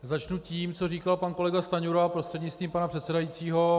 Začnu tím, co říkal pan kolega Stanjura prostřednictvím pana předsedajícího.